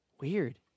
Weird